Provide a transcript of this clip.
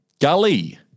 Gully